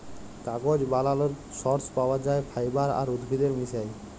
কাগজ বালালর সর্স পাউয়া যায় ফাইবার আর উদ্ভিদের মিশায়